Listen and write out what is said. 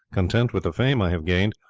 content with the fame i have gained,